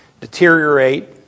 deteriorate